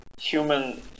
human